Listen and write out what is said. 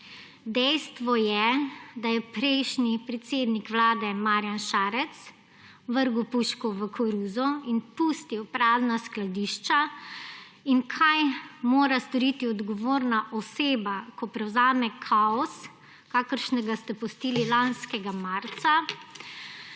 Dejstvo je, da je prejšnji predsednik vlade Marjan Šarec vrgel puško v koruzo in pustil prazna skladišča. In kaj mora storiti odgovorna oseba, ko prevzame kaos, kakršnega ste pustili lanskega marca?